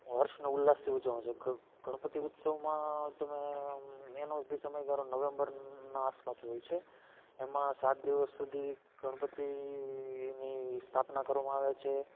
હર્ષ ને ઉલ્લાસથી ઉજવવામાં આવે છે ગણપતિ ઉત્સવમાં તમે આમ એનો બી સમયગાળો નવેમ્બરના આસપાસ હોય છે એમાં સાત દિવસ સુધી ગણપતિની સ્થાપના કરવામાં આવે છે